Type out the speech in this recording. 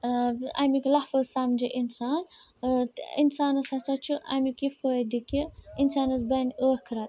ٲں اَمِکۍ لفٕظ سَمجھہِ اِنسان ٲں تہٕ اِنسانَس ہسا چھُ اَمیٛک یہِ فٲیِدٕ کہِ اِنسانَس بَنہِ ٲخٕرَت